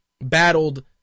battled